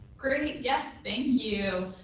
great, yes thank you.